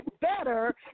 Better